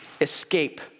escape